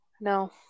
No